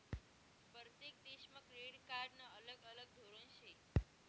परतेक देशमा क्रेडिट कार्डनं अलग अलग धोरन शे